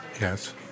Yes